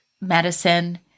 medicine